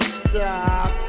stop